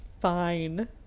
Fine